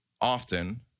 often